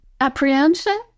Apprehension